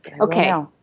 Okay